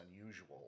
unusual